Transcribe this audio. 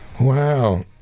wow